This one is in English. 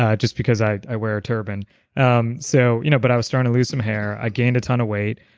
just because i i wear a turban um so you know but i was starting to lose some hair, i gained a ton of weight,